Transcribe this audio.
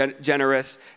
generous